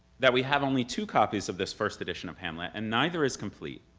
that we have only two copies of this first edition of hamlet and neither is complete.